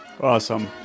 Awesome